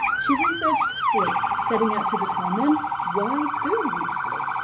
she researched sleep, setting out to determine why do we sleep?